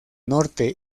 norte